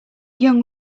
young